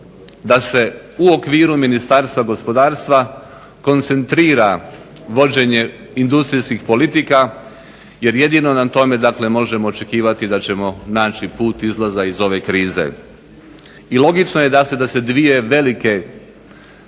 da se u okviru Ministarstva gospodarstva koncentrira vođenje industrijskih politika, jer jedino na tome možemo očekivati da ćemo naći put izlaza iz ove krize. I logično da se dvije velike